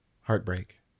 Heartbreak